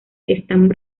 están